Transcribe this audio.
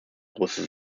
große